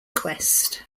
quest